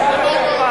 הדמוקרטיה,